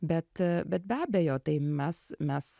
bet bet be abejo tai mes mes